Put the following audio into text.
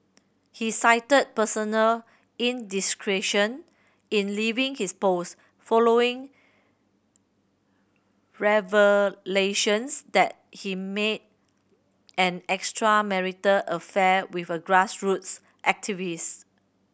he cited personal indiscretion in leaving his post following revelations that he made an extramarital affair with a grassroots activist